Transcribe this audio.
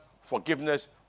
forgiveness